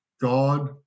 God